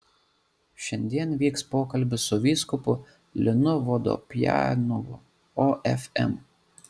šiandien vyks pokalbis su vyskupu linu vodopjanovu ofm